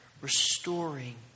restoring